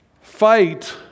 Fight